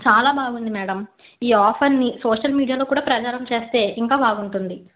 చాలా బాగుంది మేడం ఈ ఆఫర్ని సోషల్ మీడియాలో కూడా ప్రచారం చేస్తే ఇంకా బాగుంటుంది